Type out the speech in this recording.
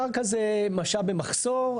קרקע זה משאב במחסור.